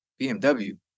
BMW